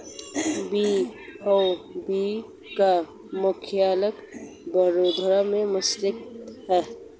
BOB का मुख्यालय बड़ोदरा में स्थित है